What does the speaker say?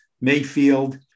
Mayfield